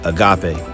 Agape